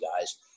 guys